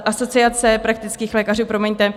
Asociace praktických lékařů, promiňte.